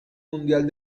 mundial